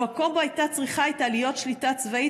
במקום שבו הייתה צריכה להיות שליטה צבאית,